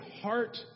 heart